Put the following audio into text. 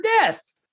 death